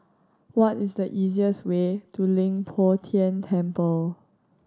what is the easiest way to Leng Poh Tian Temple